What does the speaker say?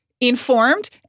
informed